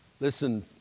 Listen